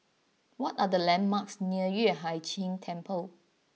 what are the landmarks near Yueh Hai Ching Temple